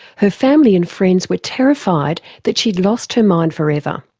her family and friends were terrified that she had lost her mind forever,